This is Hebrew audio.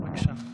בבקשה.